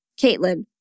Caitlin